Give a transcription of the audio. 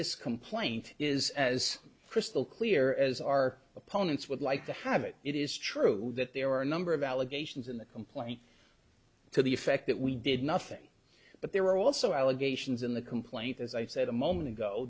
this complaint is as crystal clear as our opponents would like to have it it is true that there are a number of allegations in the complaint to the effect that we did nothing but there were also allegations in the complaint as i said a moment ago